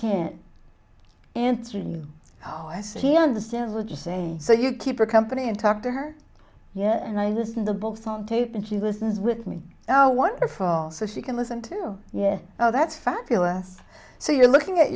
answer oh i see understand what you say so you keep her company and talk to her yeah and i listen to books on tape and she listens with me oh wonderful so she can listen to yes oh that's fabulous so you're looking